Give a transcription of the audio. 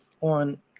on